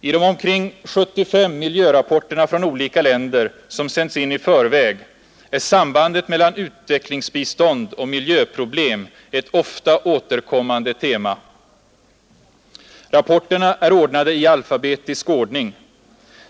I de omkring 75 miljörapporterna från olika länder som sänts in i förväg är sambandet mellan utvecklingsbistånd och miljöproblem ett ofta återkommande tema. Rapporterna är ordnade i alfabetisk ordning.